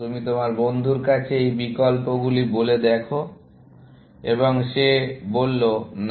তুমি তোমার বন্ধুর কাছে এই বিকল্পগুলি বলে দেখো এবং সে বললো না